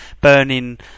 burning